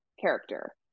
character